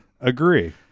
agree